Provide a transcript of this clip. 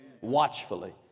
Watchfully